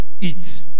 eat